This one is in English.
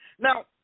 Now